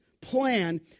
plan